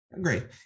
Great